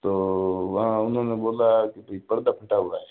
तो हाँ उन्होंने बोला कि भई पर्दा फटा हुआ है